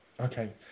Okay